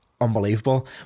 unbelievable